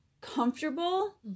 comfortable